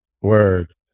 word